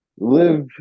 Live